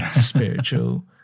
spiritual